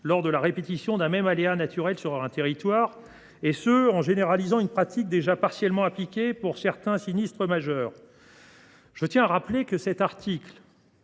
lors de la répétition d’un même aléa naturel sur un territoire, et ce en généralisant une pratique déjà partiellement appliquée pour certains sinistres majeurs. Cette disposition est à mettre